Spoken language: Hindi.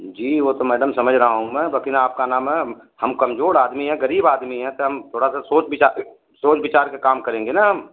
जी वो तो मैडम समझ रहा हूँ मैं बाकी आप का नाम है हम कमजोर आदमी हैं गरीब आदमी हैं तो हम थोड़ा सा सोच विचार सोच विचार कै काम करेंगे न हम